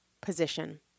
position